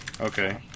Okay